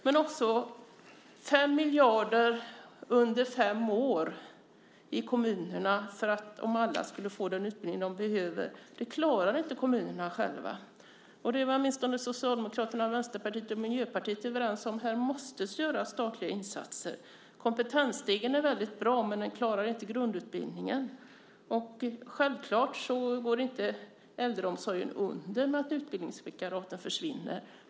Det skulle kosta 5 miljarder under fem år för kommunerna om alla skulle få den utbildning som de behöver. Det klarar inte kommunerna själva. Och åtminstone Socialdemokraterna, Vänsterpartiet och Miljöpartiet var överens om att det här måste göras statliga insatser. Kompetensstegen är väldigt bra, men den klarar inte grundutbildningen. Självklart går inte äldreomsorgen under i och med att utbildningsvikariaten försvinner.